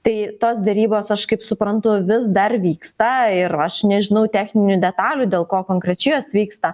tai tos derybos aš kaip suprantu vis dar vyksta ir aš nežinau techninių detalių dėl ko konkrečiai jos vyksta